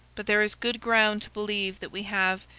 but there is good ground to believe that we have,